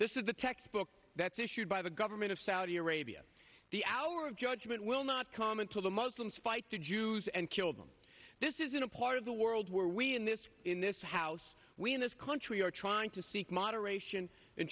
this is the textbook that's issued by the government of saudi arabia the hour of judgment will not come until the muslims fight the jews and kill them this is in a part of the world where we in this in this house we in this country are trying to seek moderation